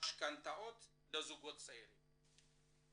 ומשכנתאות לזוגות צעירים.